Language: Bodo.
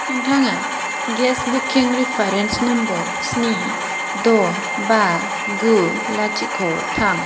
नोंथाङा गेस बुकिं रिफारेन्स नम्बर स्नि द' बा गु लाथिख' थाम